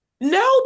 No